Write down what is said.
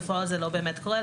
אבל בפועל זה לא באמת קורה.